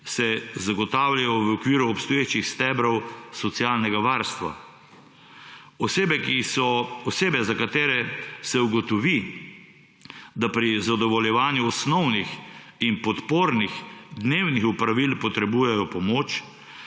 se zagotavljajo v okviru obstoječih stebrov socialnega varstva. Osebe, za katere se ugotovi, da pri zadovoljevanju osnovnih in podpornih dnevnih opravil potrebujejo pomoč,